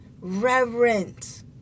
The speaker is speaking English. reverence